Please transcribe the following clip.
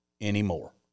anymore